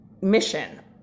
mission